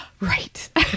right